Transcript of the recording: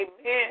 Amen